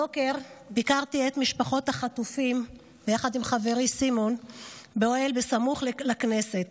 הבוקר ביקרתי את משפחות החטופים ביחד עם חברי סימון באוהל הסמוך לכנסת.